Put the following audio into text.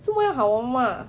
做么要喊我妈妈